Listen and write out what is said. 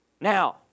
Now